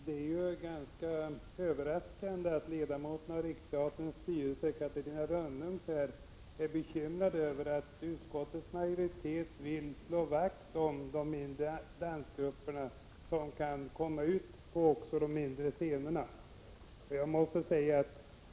Herr talman! Det är ganska överraskande att ledamoten av Riksteaterns styrelse Catarina Rönnung är bekymrad över att utskottets majoritet vill slå vakt om de mindre dansgrupperna som kan komma ut också på de mindre scenerna.